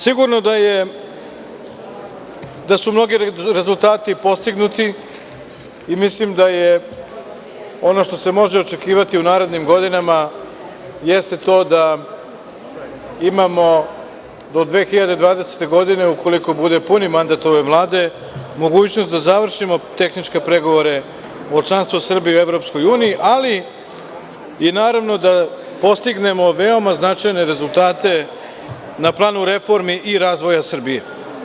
Sigurno da su mnogi rezultati postignuti i mislim da ono što se može očekivati u narednim godinama jeste to da imamo do 2020. godine, koliko bude puni mandat ove Vlade, mogućnost da završimo tehničke pregovore o članstvu Srbije u EU, ali i naravno da postignemo veoma značajne rezultate na planu reformi i razvoja Srbije.